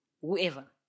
whoever